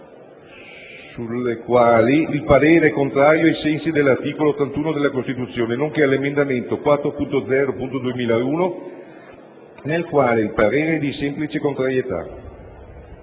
sulle quali il parere è contrario ai sensi dell'articolo 81 della Costituzione, nonché dell'emendamento 4.0.2001 sul quale il parere è di semplice contrarietà.